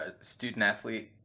student-athlete